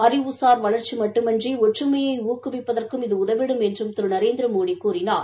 அறிவுசார் வளர்ச்சி மட்டுமன்றி ஒற்றுமையை ஊக்குவிப்பதற்கும் இது உதவிடும் என்று திரு நரேந்திரமோடி கூறினார்